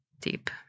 deep